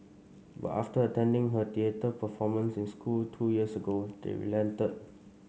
but after attending her theatre performance in school two years ago they relented